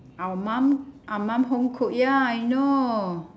our mum our mum homecooked ya I know